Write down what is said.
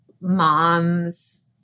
moms